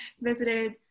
visited